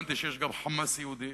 הבנתי שיש גם "חמאס" יהודי